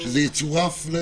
שזה יצורף.